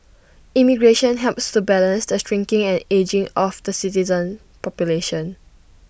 immigration helps to balance the shrinking and ageing of the citizen population